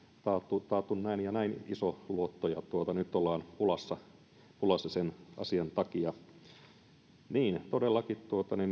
taattu näin ja näin iso luotto ja nyt ollaan pulassa sen asian takia todellakin